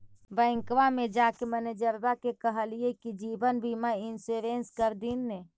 बैंकवा मे जाके मैनेजरवा के कहलिऐ कि जिवनबिमा इंश्योरेंस कर दिन ने?